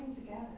together